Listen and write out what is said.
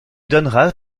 donnera